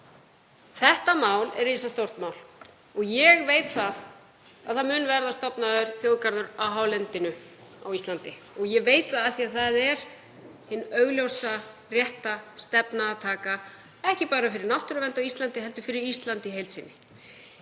Þetta mál er risastórt mál. Ég veit að það mun verða stofnaður þjóðgarður á hálendinu á Íslandi og ég veit það af því að það er hin augljósa rétta stefna að taka, ekki bara fyrir náttúruvernd á Íslandi heldur fyrir Ísland í heild sinni.